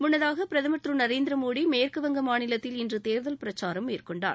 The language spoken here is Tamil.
முன்னதாக பிரதமா் திரு நரேந்திரமோடி மேற்குவங்க மாநிலத்தில் இன்று தேர்தல் பிரச்சாரம் மேற்கொண்டார்